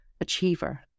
achiever